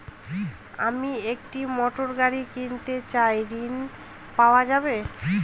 আমি একটি মোটরগাড়ি কিনতে চাই ঝণ পাওয়া যাবে?